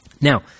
Now